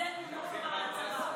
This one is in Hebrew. הגרזן מונח כבר על הצוואר.